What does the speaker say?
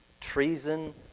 treason